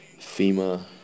FEMA